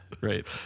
right